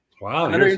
Wow